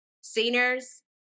seniors